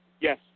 Yes